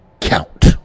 count